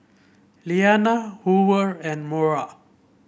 Lilianna Hoover and Mora